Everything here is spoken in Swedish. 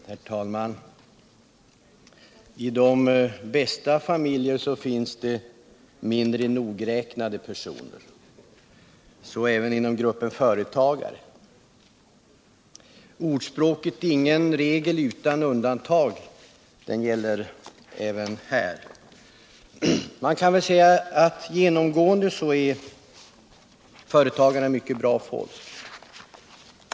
Herr talman! Även i de bästa familjer finns det mindre nogräknade personer — så också inom gruppen företagare. Uttrycket ”ingen regel utan undantag” gäller även här. Genomgående är företagarna ett mycket bra folk.